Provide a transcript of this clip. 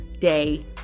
day